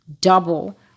double